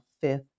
fifth